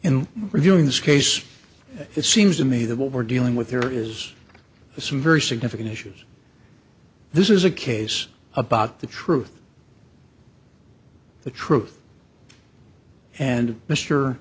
in reviewing this case it seems to me that what we're dealing with here is some very significant issues this is a case about the truth the truth and mr